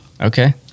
Okay